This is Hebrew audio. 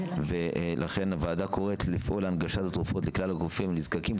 ולכן הוועדה קוראת לפעול להנגשת התרופות לכלל הגופים הנזקקים,